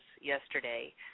yesterday